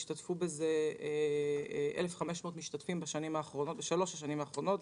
השתתפו בזה 1,500 משתתפים בשלוש השנים האחרונות.